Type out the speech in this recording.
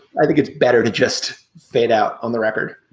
i think it's better to just fade out on the record,